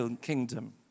kingdom